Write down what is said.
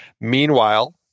Meanwhile